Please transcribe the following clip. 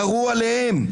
ירו עליהם -- תודה.